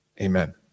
Amen